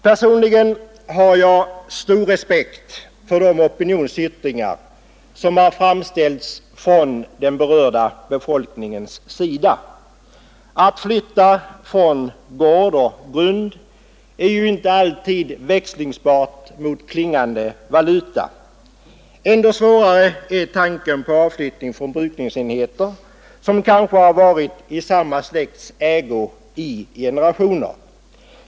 Personligen har jag stor respekt för de opinionsyttringar som framförts från den berörda befolkningens sida. Att flytta från gård och grund är ju inte alltid växlingsbart mot klingande valuta. Ännu svårare är tanken på avflyttning från brukningsenheter som kanske har varit i samma släkts ägo i generationer.